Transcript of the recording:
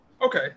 okay